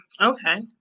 Okay